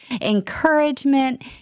encouragement